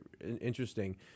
interesting